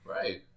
Right